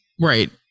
Right